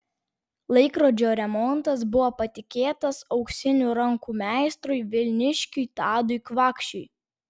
laikrodžio remontas buvo patikėtas auksinių rankų meistrui vilniškiui tadui kvakšiui